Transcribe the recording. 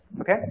Okay